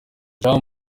jean